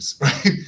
right